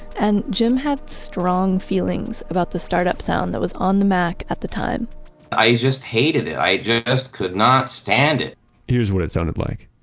and jim had strong feelings about the start-up sound that was on the mac at the time i just hated it. i just could not stand it here's what it sounded like.